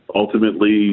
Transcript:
ultimately